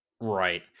Right